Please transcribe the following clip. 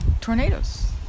tornadoes